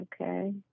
Okay